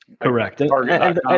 Correct